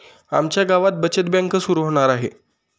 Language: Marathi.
आमच्या गावात बचत बँक सुरू होणार आहे